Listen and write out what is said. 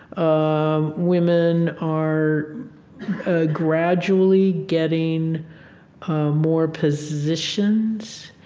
um women are ah gradually getting more positions.